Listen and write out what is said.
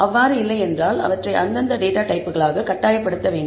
அவ்வாறு இல்லையென்றால் அவற்றை அந்தந்த டேட்டா டைப்களாக கட்டாயப்படுத்த வேண்டும்